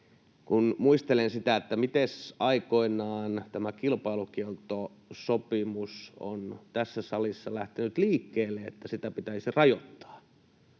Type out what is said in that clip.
Kun muistelen sitä, miten aikoinaan tämä kilpailukieltosopimus on tässä salissa lähtenyt liikkeelle, se, että sitä pitäisi rajoittaa,